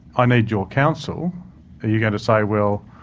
i need your counsel. are you going to say, well,